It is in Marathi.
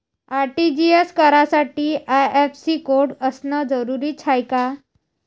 आर.टी.जी.एस करासाठी आय.एफ.एस.सी कोड असनं जरुरीच हाय का?